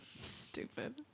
Stupid